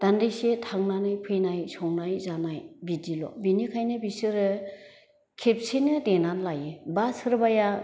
दान्दिसे थांनानै फैनाय संनानै जानाय बिदिल' बिनिखायनो बिसोरो खेबसेयैनो देनानै लायो बा सोरबाया